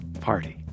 party